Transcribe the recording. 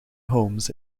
homes